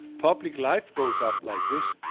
public life goes up like this,